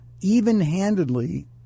even-handedly